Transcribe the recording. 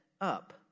up